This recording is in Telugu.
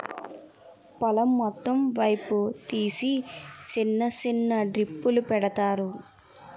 పొలం మొత్తం పైపు తీసి సిన్న సిన్న డ్రిప్పులు పెడతారు